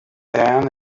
down